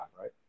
right